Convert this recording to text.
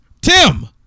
Tim